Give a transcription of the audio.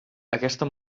aquesta